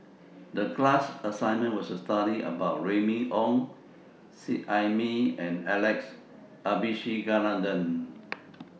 The class assignment was to study about Remy Ong Seet Ai Mee and Alex Abisheganaden